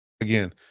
Again